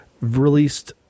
released